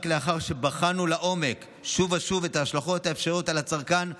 רק לאחר שבחנו לעומק שוב ושוב את ההשלכות האפשריות על הצרכן בקצה,